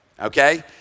okay